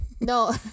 no